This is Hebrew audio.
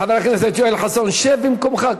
חבר הכנסת יואל חסון, שב במקומך.